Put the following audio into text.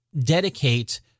dedicate